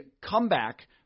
comeback